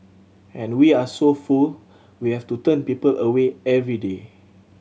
and we are so full we have to turn people away every day